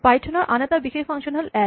Python ৰ আন এটা বিশেষ ফাংচন হ'ল এড